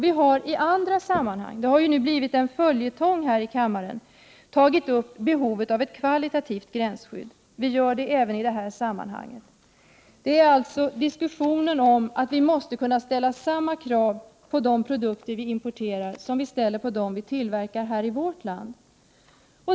Vi har i andra sammanhang — det har ju nu blivit en följetong här i kammaren — tagit upp behovet av ett kvalitativt gränsskydd, och vi gör det även i det här sammanhanget. Vi måste alltså kunna ställa samma krav på de produkter vi importerar som vi ställer på de produkter vi tillverkar här i vårt land.